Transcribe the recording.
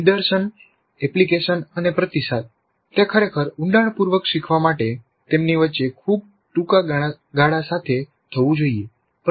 નિદર્શન એપ્લિકેશન અને પ્રતિસાદ તે ખરેખર ઉંડાણપૂર્વક શીખવા માટે તેમની વચ્ચે ખૂબ ટૂંકા ગાળા સાથે થવું જોઈએ